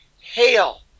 hail